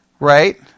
Right